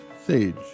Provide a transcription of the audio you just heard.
Sage